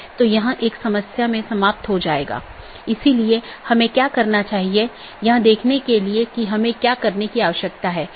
इसलिए एक multihome agent autonomous सिस्टमों के प्रतिबंधित सेट के लिए पारगमन कि तरह काम कर सकता है